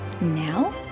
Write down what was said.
Now